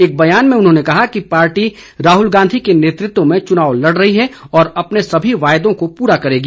एक बयान में उन्होंने कहा कि पार्टी राहुल गांधी के नेतृत्व में चुनाव लड़ रही है और अपनी सभी वायदों को पूरा करेगी